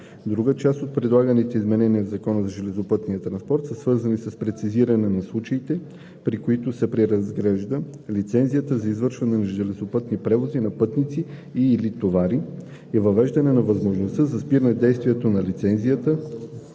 Друга част от предлаганите изменения в Закона за железопътния транспорт са свързани с прецизиране на случаите, при които се преразглежда лицензията за извършване на железопътни превози на пътници и/или товари и въвеждане на възможността за спиране действието на лицензията